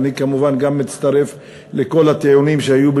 ואני, כמובן, גם מצטרף לכל הטיעונים שהיו.